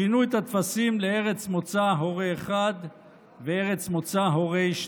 שינו את הטפסים לארץ מוצא הורה 1 וארץ מוצא הורה 2,